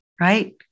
right